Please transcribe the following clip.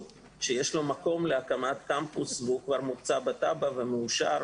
שיש לו מקום להקמת קמפוס והוא כבר מוקצה בתב"ע ומאושר